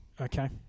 Okay